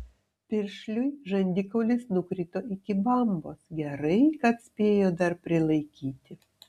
piršliui žandikaulis nukrito iki bambos gerai kad spėjo dar prilaikyti